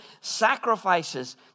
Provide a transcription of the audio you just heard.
sacrifices